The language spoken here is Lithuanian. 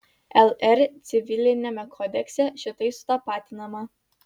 lr civiliniame kodekse šitai sutapatinama